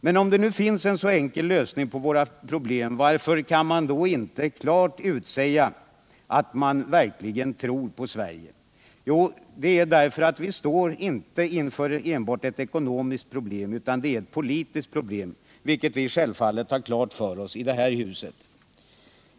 Men om det finns en så enkel lösning på våra problem — varför kan man då inte klart utsäga att man verkligen tror på Sverige? Jo, vi står inte inför ett enbart ekonomiskt problem, utan det är ett politiskt problem, vilket vi självfallet har klart för oss i det här huset.